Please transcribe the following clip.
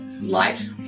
light